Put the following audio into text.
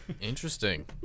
Interesting